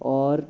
और